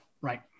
right